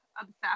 obsessed